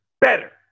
better